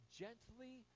gently